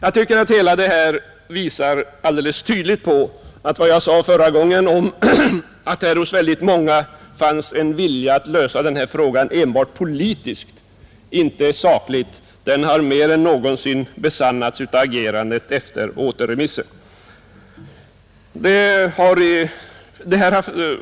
Allt det här visar väl alldeles tydligt att vad jag förra gången sade om att det hos många finns en vilja att lösa den här frågan enbart politiskt, inte sakligt, mer än någonsin har besannats av agerandet efter återremissen.